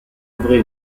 ouvrir